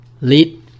lead